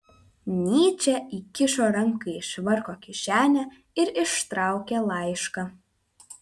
nyčė įkišo ranką į švarko kišenę ir ištraukė laišką